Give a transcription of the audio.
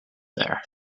there